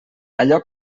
allò